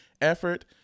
effort